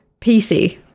PC